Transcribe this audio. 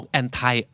anti